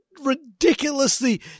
ridiculously